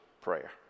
prayer